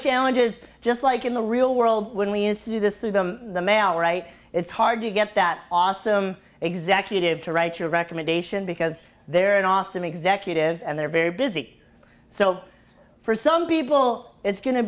challenges just like in the real world when we use to do this through the mail right it's hard to get that awesome executive to write your recommendation because they're an awesome executive and they're very busy so for some people it's go